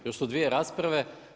Još su dvije rasprave.